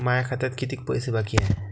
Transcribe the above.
माया खात्यात कितीक पैसे बाकी हाय?